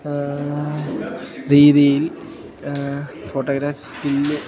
രീതിയിൽ photography skill